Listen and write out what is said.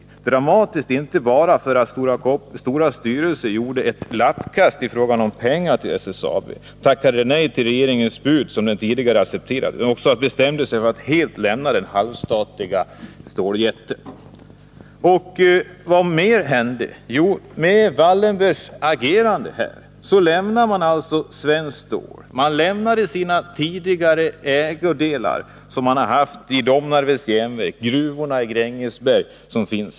Dramatiskt inte bara för att Storas styrelse gjorde ett lappkast i frågan om pengar till SSAB — tackade nej till ett regeringsbud som den tidigare accepterat — utan också bestämde sig för att helt lämna den halvstatliga handelsståljätten.” Och vad hände mer? Jo, genom Wallenbergs agerande lämnade man Svenskt Stål. Man lämnade sina tidigare ägodelar i Domnarvets Jernverk och gruvorna i Grängesberg.